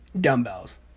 dumbbells